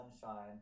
sunshine